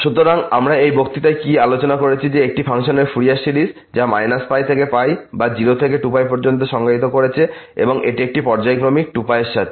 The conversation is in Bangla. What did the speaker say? সুতরাং আমরা এই বক্তৃতায় কি আলোচনা করেছি যে একটি ফাংশনের ফুরিয়ার সিরিজ যা π থেকে বা 0 থেকে 2π পর্যন্ত সংজ্ঞায়িত করছে এবং এটি পর্যায়ক্রমিক 2π এর সাথে